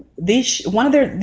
this one of the